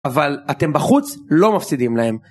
אבל אתם בחוץ לא מפסידים להם.